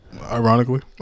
ironically